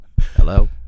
Hello